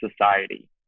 society